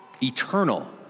Eternal